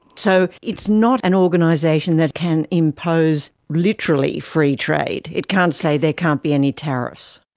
so it's not an organisation that can impose literally free trade? it can't say there can't be any tariffs?